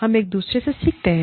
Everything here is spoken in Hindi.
हम एक दूसरे से सीखते हैं